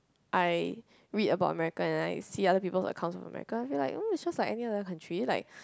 I read about America and I see other people's account of America I feel like oh it's just like any other country like